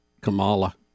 Kamala